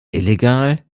illegal